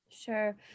Sure